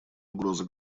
угрозы